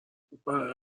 برای